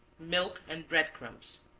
milk and bread crumbs.